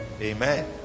amen